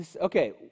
Okay